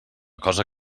cosa